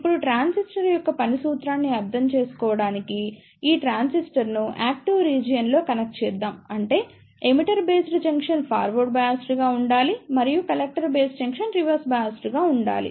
ఇప్పుడు ట్రాన్సిస్టర్ యొక్క పని సూత్రాన్ని అర్థం చేసుకోవడానికి ఈ ట్రాన్సిస్టర్ను యాక్టివ్ రీజియన్ లో కనెక్ట్ చేద్దాం అంటే emitter based junction forward biased గా ఉండాలి మరియు collector base junction reverse biased గా ఉండాలి